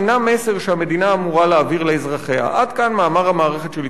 שהמדינה אמורה להעביר לאזרחיה" עד כאן מאמר המערכת של עיתון "הארץ".